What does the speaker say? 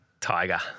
Tiger